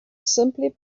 simply